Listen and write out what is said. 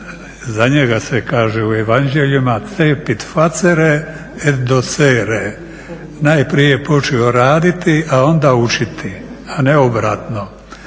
za njega se kaže u Evanđeljima …, najprije počeo raditi, a onda učiti, a ne obrnuto.